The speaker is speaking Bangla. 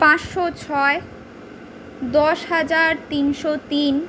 পাঁচশো ছয় দশ হাজার তিনশো তিন